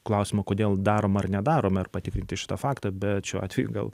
klausimą kodėl daroma ar nedaroma ir patikrinti šitą faktą bet šiuo atveju gal